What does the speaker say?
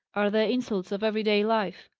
are the insults of every-day life.